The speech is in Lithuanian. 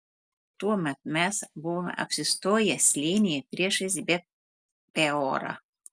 tuomet mes buvome apsistoję slėnyje priešais bet peorą